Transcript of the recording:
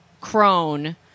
crone